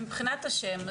ומבחינת השם,